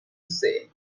say